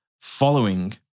following